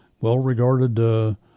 well-regarded